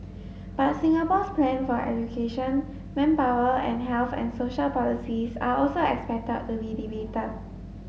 but Singapore's plans for education manpower and health and social policies are also expected to be debated